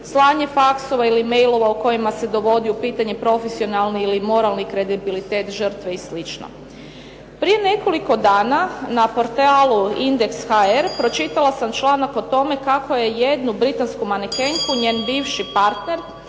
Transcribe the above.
slanje faxova ili mailova u kojima se dovodi profesionalni ili moralni kredibilitet žrtve i slično. Prije nekoliko dana na portalu Indeks.hr pročitala sam članak o tome kako je jednu britansku manekenku njen bivši partner